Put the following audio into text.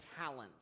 talents